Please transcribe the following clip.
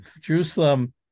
Jerusalem